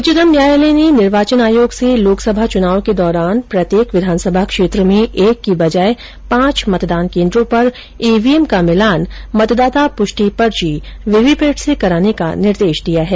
उच्चतम न्यायालय ने निर्वाचन आयोग से लोकसभा चुनाव के दौरान प्रत्येक विधानसभा क्षेत्र में एक की बजाय पांच मतदान केन्द्रों पर ईवीएम का मिलान मतदाता पुष्टि पर्ची वीवीपैट से कराने का निर्देश दिया है